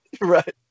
Right